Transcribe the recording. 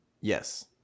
yes